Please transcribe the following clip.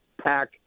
pack